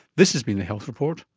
this has been the health report,